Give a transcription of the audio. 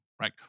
right